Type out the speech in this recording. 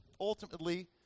ultimately